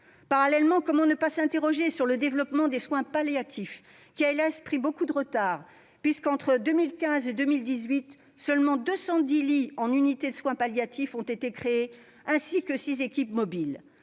Parallèlement, comment ne pas s'interroger sur le développement des soins palliatifs, qui a hélas ! pris beaucoup de retard, puisque, entre 2015 et 2018, seuls 210 lits en unités de soins palliatifs ont été créés, ainsi que 6 équipes mobiles.